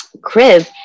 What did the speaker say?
crib